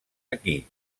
aquí